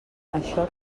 això